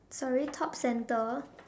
sorry top centre